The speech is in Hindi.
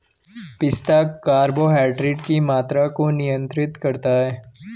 पिस्ता कार्बोहाइड्रेट की मात्रा को नियंत्रित करता है